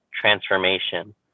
transformation